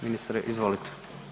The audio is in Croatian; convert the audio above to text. Ministre, izvolite.